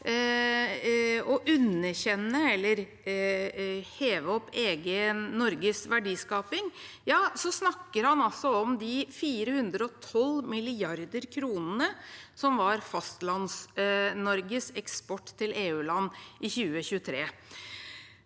å underkjenne eller heve opp Norges verdiskaping, snakker han altså om de 412 mrd. kronene som var Fastlands-Norges eksport til EU-land i 2023.